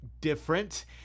different